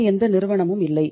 வேறு எந்த நிறுவனமும் இல்லை